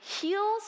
heals